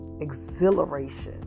exhilaration